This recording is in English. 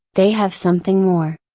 they have something more.